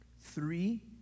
Three